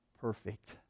perfect